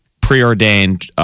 preordained